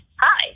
Hi